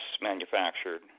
manufactured